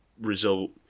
result